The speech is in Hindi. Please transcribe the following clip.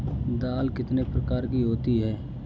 दाल कितने प्रकार की होती है?